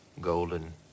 golden